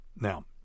now